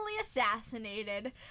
assassinated